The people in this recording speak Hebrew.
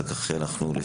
ולאחר מכן חברי כנסת,